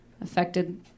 affected